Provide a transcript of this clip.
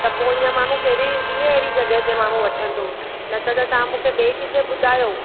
त पोइ हीअं माणहू कहिड़े कीअं अहिड़ी जॻहि ते माणहू वठंदो न त तां मूंखे ॿिए किथे ॿुधायो